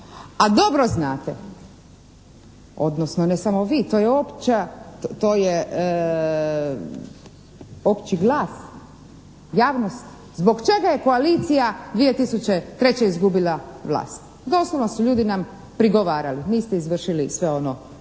A dobro znate odnosno ne samo vi, to je opća, to je opći glas javnosti. Zbog čega je koalicija 2003. izgubila vlast. Doslovno su ljudi nam prigovarali. Niste izvršili sve ono